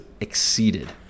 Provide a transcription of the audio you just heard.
exceeded